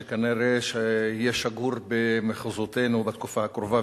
שכנראה יהיה שגור במחוזותינו בתקופה הקרובה,